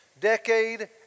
decade